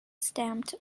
stamped